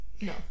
no